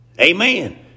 Amen